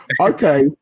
Okay